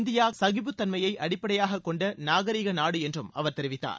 India சகிப்புத்தன்மையை அடிப்படையாகக் கொண்ட நாகரீக நாடு என்றும் அவர் தெரிவித்தார்